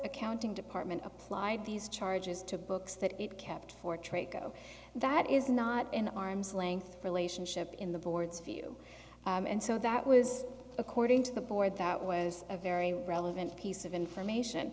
accounting department applied these charges to books that it kept for trey co that is not an arm's length relationship in the board's view and so that was according to the board that was a very relevant piece of information